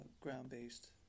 ground-based